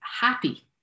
happy